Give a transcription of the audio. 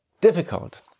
difficult